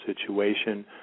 situation